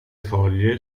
foglie